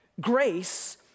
Grace